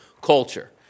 culture